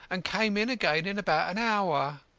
and came in again in about an hour.